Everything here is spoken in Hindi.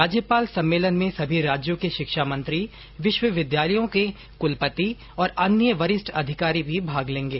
राज्यपाल सम्मेलन में सभी राज्यों के शिक्षा मंत्री विश्वविद्यालयों के कुलपति और अन्य वरिष्ठ अधिकारी भी भाग लेंगे